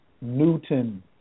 Newton